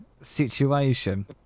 situation